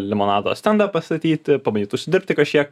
limonado stendą pastatyti pabandyt užsidirbti kažkiek